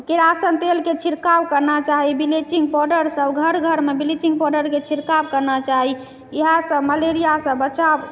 किरासन तेलके छिड़काव करना चाही ब्लीचिङ्ग पाउडरसँ घर घरमे ब्लीचिंग पाउडरके छिड़काव करना चाही इएह सब मलेरियासँ बचाव